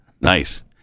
Nice